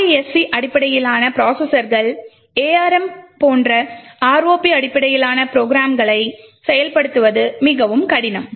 RISC அடிப்படையிலான ப்ரோசஸர்களை ARM போன்ற ROP அடிப்படையிலான ப்ரோக்ராம்களை செயல்படுத்துவது மிகவும் கடினம்